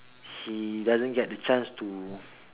he doesn't get the chance to